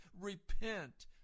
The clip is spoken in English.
Repent